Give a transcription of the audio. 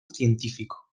científico